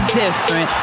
different